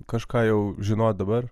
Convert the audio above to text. kažką jau žinot dabar